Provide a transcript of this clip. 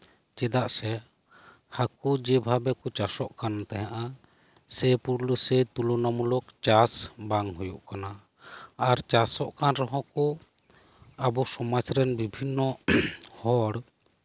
ᱪᱮᱫᱟᱜ ᱥᱮ ᱦᱟᱹᱠᱩ ᱡᱮ ᱵᱷᱟᱵᱮ ᱠᱚ ᱪᱟᱥᱚᱜ ᱠᱟᱱ ᱛᱟᱦᱮᱸᱱᱟ ᱚᱱᱟ ᱛᱩᱯᱩᱡ ᱪᱟᱥ ᱵᱟᱝ ᱦᱩᱭᱩᱜ ᱠᱟᱱᱟ ᱟᱨ ᱪᱟᱥᱚᱜ ᱠᱟᱱ ᱨᱮᱦᱚᱸ ᱠᱩ ᱟᱵᱚ ᱥᱚᱢᱟᱡ ᱨᱮᱱ ᱟᱹᱰᱤ ᱞᱮᱠᱟᱱ ᱦᱚᱲ